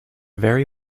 very